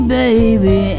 baby